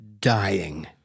dying